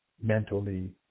mentally